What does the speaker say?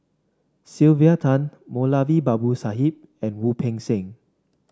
Sylvia Tan Moulavi Babu Sahib and Wu Peng Seng